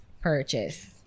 purchase